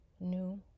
new